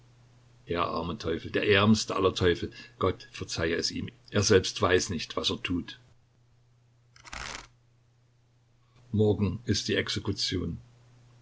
der arme teufel der ärmste aller teufel gott verzeihe es ihm er selbst weiß nicht was er tut morgen ist die exekution